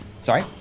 Sorry